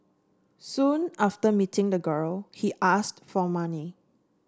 soon after meeting the girl he asked for money